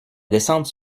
descente